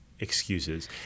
Excuses